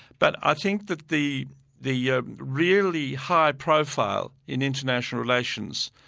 but i think that the the yeah really high profile in international relations,